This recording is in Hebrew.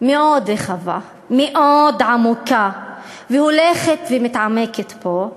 מאוד רחבה, מאוד עמוקה והולכת ומעמיקה פה,